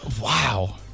Wow